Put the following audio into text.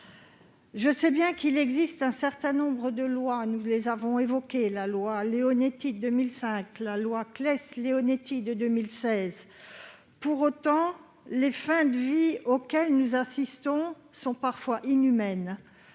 Je sais bien qu'il existe un certain nombre de lois, nous les avons évoquées : la loi Leonetti de 2005, la loi Claeys-Leonetti de 2016. Pour autant, les fins de vie auxquelles nous assistons sont parfois inhumaines.